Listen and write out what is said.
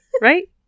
right